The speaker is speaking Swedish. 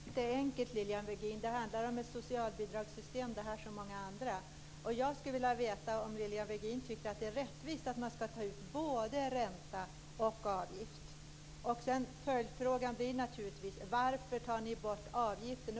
Fru talman! Det här är inte enkelt, Lilian Virgin. Det handlar om ett socialbidragssystem bland många andra. Tycker Lilian Virgin att det är rättvist att ta ut både ränta och avgift? Varför tar ni bort avgiften?